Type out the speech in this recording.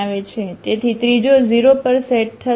તેથી ત્રીજો 0 પર સેટ થશે